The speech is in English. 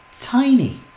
Tiny